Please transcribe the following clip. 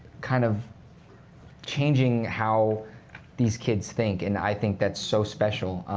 kind of changing how these kids think, and i think that's so special.